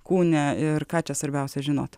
kūne ir ką čia svarbiausia žinoti